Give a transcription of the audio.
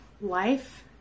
Life